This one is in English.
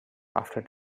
after